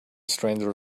stranger